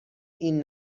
این